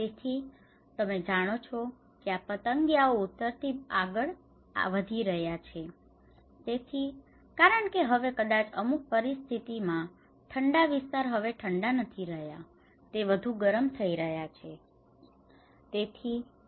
તેથી તમે જાણો ચો કે આ પતંગિયાઓ ઉત્તર થી આગળ વધી રહ્યાં છે તેથી કારણ કે હવે કદાચ અમુક પરિસ્થિતિઓ માં ઠંડા વિસ્તાર હવે ઠંડા નથી રહ્યા તેઓ વધુ ગરમ થઇ રહ્યાં છે